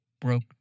broke